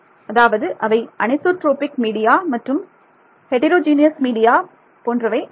அதாவது அவை anisotropic media மற்றும் ஹெடிரோ ஜீனியஸ் மீடியா போன்றவை ஆகும்